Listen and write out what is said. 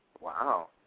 Wow